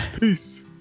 Peace